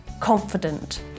confident